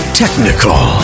technical